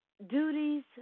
duties